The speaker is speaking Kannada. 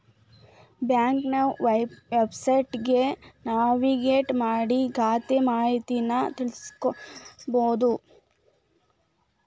ಬ್ಯಾಂಕ್ನ ವೆಬ್ಸೈಟ್ಗಿ ನ್ಯಾವಿಗೇಟ್ ಮಾಡಿ ಖಾತೆ ಮಾಹಿತಿನಾ ತಿಳ್ಕೋಬೋದು